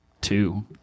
two